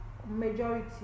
Majority